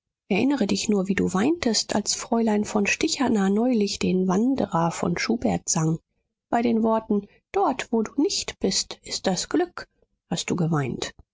erinnere dich nur wie du weintest als fräulein von stichaner neulich den wanderer von schubert sang bei den worten dort wo du nicht bist ist das glück hast du geweint